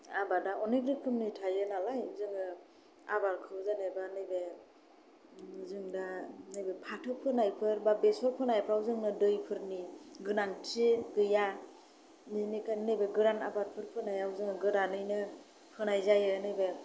आबादा अनेख रोखोमनि थायो नालाय जोङो आबादखौ जेनेबा नैबे जों दा नैबे फाथो फोनायफोर एबा बेसर फोनायफोराव जोंनो दैफोरनि गोनांथि गैया बेनिखायनो नैबे गोरान आबादफोर फोनायाव जों गोरानैनो फोनाय जायो जोङो नैबे